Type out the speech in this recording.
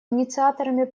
инициаторами